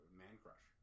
man-crush